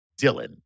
Dylan